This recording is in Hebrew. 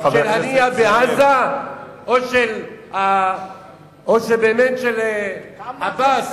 של הנייה בעזה או שבאמת של עבאס,